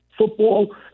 football